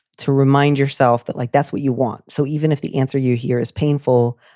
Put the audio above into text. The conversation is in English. to remind yourself that like that's what you want. so even if the answer you hear is painful,